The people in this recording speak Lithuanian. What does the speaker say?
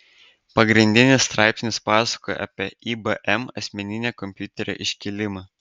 pagrindinis straipsnis pasakojo apie ibm asmeninio kompiuterio iškilimą